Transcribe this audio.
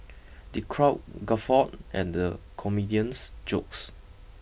the crowd guffawed and the comedian's jokes